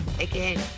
again